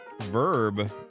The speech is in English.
verb